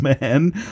man